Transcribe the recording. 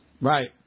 Right